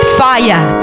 fire